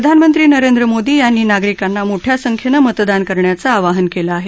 प्रधामंत्री नरेंद्र मोदी यांनी नागरिकांना मोठ्या संख्येनं मतदान करण्याचं आवाहन केलं आहे